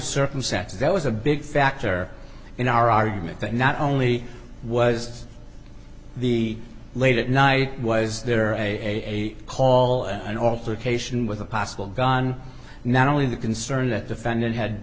circumstance that was a big factor in our argument that not only was the late at night was there a call an alter cation with a possible gun not only the concern that defendant had